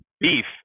beef